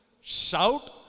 shout